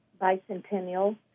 Bicentennial